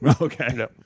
Okay